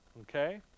Okay